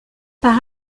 par